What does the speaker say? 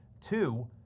Two